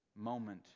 moment